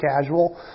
casual